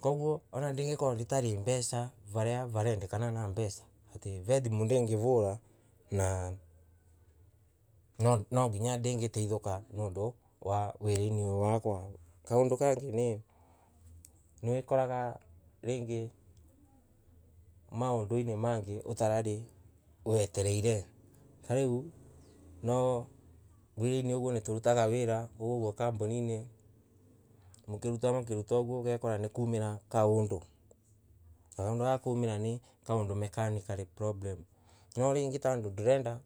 Koguo ona ndingikorwo nditari mbeca varia varendekana na mbeca ati ve thimu ndingivura na no nginya ndangateithoka nondo wa kawairaina oyo wakwa kaondo kangay nay, noikaga; rangay mondoina mangay otarari wetereire tarau no wirana uguo niturutaga wira kuria oguo kambonina mukiruta oguo ogakira nikuri kumara kaondo ika ondo karia gakumara tarau ni mekanika lay problem no rangay tondo ndorenda